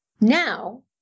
Now